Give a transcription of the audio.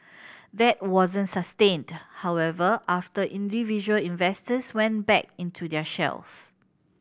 that wasn't sustained however after individual investors went back into their shells